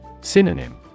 Synonym